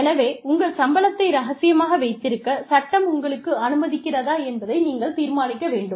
எனவே உங்கள் சம்பளத்தை ரகசியமாக வைத்திருக்க சட்டம் உங்களுக்கு அனுமதிக்கிறதா என்பதை நீங்கள் தீர்மானிக்க வேண்டும்